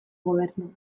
gobernuek